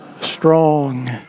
strong